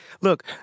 look